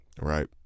right